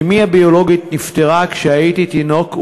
אמי הביולוגית נפטרה כשהייתי תינוק,